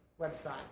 website